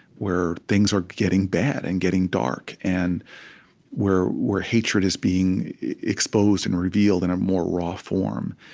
where things are getting bad and getting dark and where where hatred is being exposed and revealed in a more raw form.